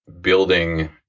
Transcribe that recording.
building